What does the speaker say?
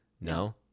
No